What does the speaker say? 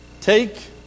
take